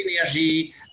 energy